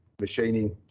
machining